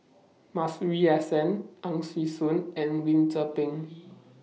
Masuri S N Ang Swee Aun and Lim Tze Peng